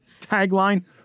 tagline